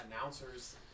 announcers